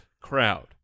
crowd